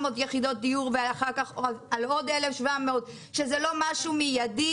יחידות דיור ועל אחר כך על עוד 1,700 שזה לא משהו מיידי